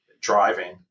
driving